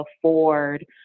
afford